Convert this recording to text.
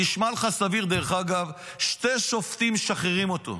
נשמע לך סביר ששני שופטים משחררים אותו,